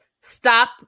stop